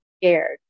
scared